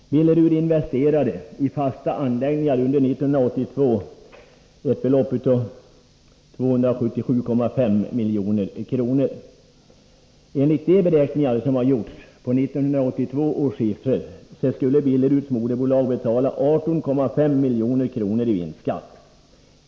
Billeruds investeringar i fasta anläggningar under 1982 uppgick till ett belopp av 277,5 milj.kr. Enligt de beräkningar som har gjorts på 1982 års siffror skulle Billeruds moderbolag få betala 18,5 milj.kr. i vinstskatt.